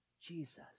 Jesus